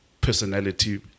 personality